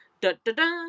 Da-da-da